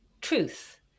truth